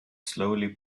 slowly